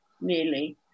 nearly